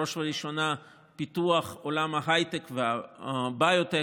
בראש וראשונה פיתוח עולם ההייטק והביוטק.